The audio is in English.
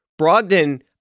Brogdon